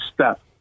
step